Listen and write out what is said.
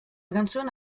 canzone